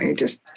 ah just,